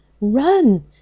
Run